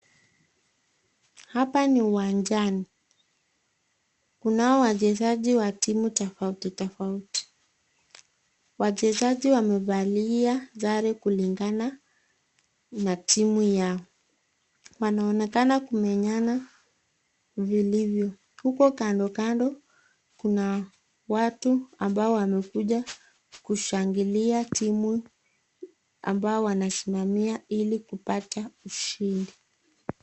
Hapa ni uwanjani kunao wachezaji wa timu tofauti tofauti wachezaji wamevalia sare kulingana na timu Yao wanaonekana kumenyana vilivyo huko kando kando Kuna watu ambao wamekuja kushangilia timu ambao wanasimamia ili kupata ushindi.